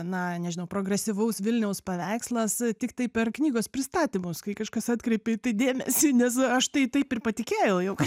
na nežinau progresyvaus vilniaus paveikslas tiktai per knygos pristatymus kai kažkas atkreipė į tai dėmesį nes aš tai taip ir patikėjau jog